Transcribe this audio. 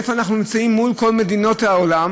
איפה אנחנו נמצאים מול כל מדינות העולם?